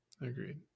Agreed